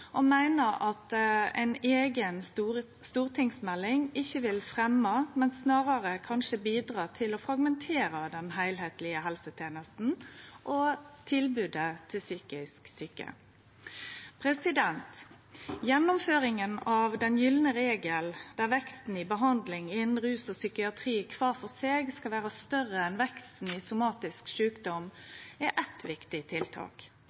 meiner at ei eiga stortingsmelding ikkje vil fremje, men snarare kanskje bidra til å fragmentere den heilskaplege helsetenesta og tilbodet til psykisk sjuke. Gjeninnføringa av «den gylne regel», der veksten i behandling innanfor rus og psykiatri kvar for seg skal vere større enn veksten i somatiske sjukdomar, er eit viktig tiltak,